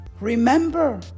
Remember